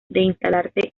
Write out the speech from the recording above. instalarse